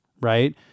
right